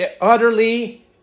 utterly